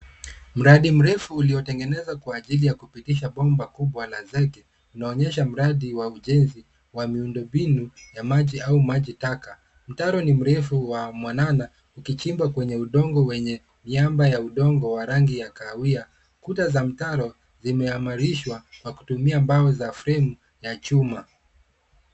Mradi mrefu uliotegenezwa kwa ajili ya kupitisha bomba kubwa la zege unaonyesha mradi wa ujenzi wa miundo mbinu ya maji au maji ya taka. Mtaro ni mrefu wa mwanana ukichimbwa kwenye udongo wenye miamba ya udongo ya rangi ya kahawia. Kuta za mitaro zimeimarishwa kwa kutumia mbao za fremu ya chuma.